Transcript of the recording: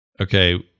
Okay